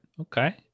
Okay